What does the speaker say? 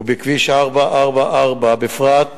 ובכביש 444 בפרט,